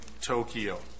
Tokyo